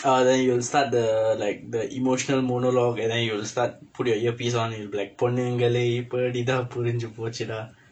ah then you will start the like the emotional dialogue and then you will start put your earpiece on and you'll be like பொண்ணுங்களே இப்படித் தான் புரிஞ்சு போச்சு டா:ponnungkalee ippadi thaan purinjsu poochsu daa